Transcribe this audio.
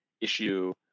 issue